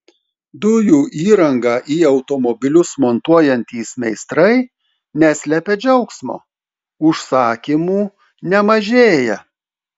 dujų įrangą į automobilius montuojantys meistrai neslepia džiaugsmo užsakymų nemažėja